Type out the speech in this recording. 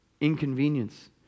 Inconvenience